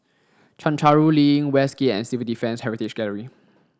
Chencharu Link Westgate and Civil Defence Heritage Gallery